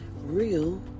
real